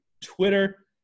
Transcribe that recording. Twitter